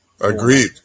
Agreed